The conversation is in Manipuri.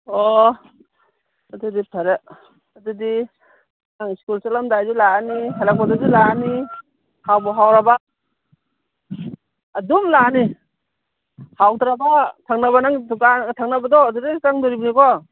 ꯑꯣ ꯑꯗꯨꯗꯤ ꯐꯔꯦ ꯑꯗꯨꯗꯤ ꯑꯉꯥꯡ ꯁ꯭ꯀꯨꯜ ꯆꯠꯂꯝꯗꯥꯏꯁꯨ ꯂꯥꯛꯂꯅꯤ ꯍꯜꯂꯛꯄꯗꯁꯨ ꯂꯥꯛꯂꯅꯤ ꯍꯥꯎꯕꯨ ꯍꯥꯎꯔꯕ ꯑꯗꯨꯝ ꯂꯥꯛꯂꯅꯤ ꯍꯥꯎꯇ꯭ꯔꯕ ꯊꯪꯅꯕ ꯅꯪꯒꯤ ꯗꯨꯀꯥꯟ ꯊꯪꯅꯕꯗꯣ ꯑꯗꯨꯗ ꯍꯦꯛꯇ ꯆꯪꯗꯣꯔꯤꯕꯅꯤꯀꯣ